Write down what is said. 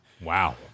Wow